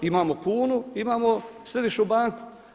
Imamo kunu, imamo Središnju banku.